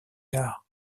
tard